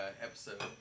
episode